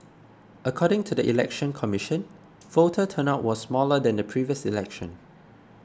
according to the Election Commission voter turnout was smaller than the previous election